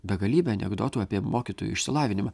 begalybę anekdotų apie mokytojų išsilavinimą